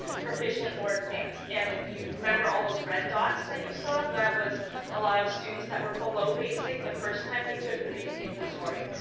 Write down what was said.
proficient, or advanced. and if you remember all those red dots that you saw, that was a lot of students that were below basic the first time they took the reading inventory.